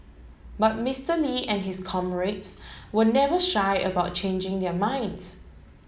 but Mister Lee and his comrades were never shy about changing their minds